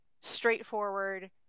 straightforward